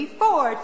four